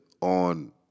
on